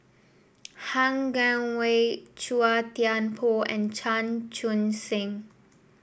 Han Guangwei Chua Thian Poh and Chan Chun Sing